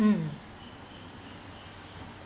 mm